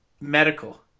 medical